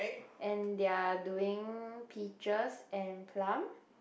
and they are doing peaches and plum